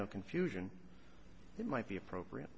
no confusion it might be appropriate